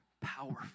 powerful